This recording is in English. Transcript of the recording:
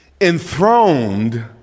Enthroned